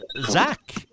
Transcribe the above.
Zach